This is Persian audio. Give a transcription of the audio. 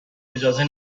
اجازه